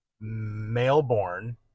male-born